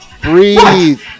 breathe